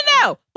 no